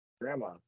Grandma